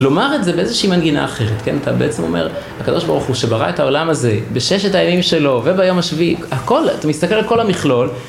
לומר את זה באיזושהי מנגינה אחרת, אתה בעצם אומר, הקדוש ברוך הוא שברא את העולם הזה בששת הימים שלו וביום השביעי, אתה מסתכל על כל המכלול